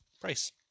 price